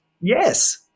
Yes